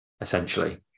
essentially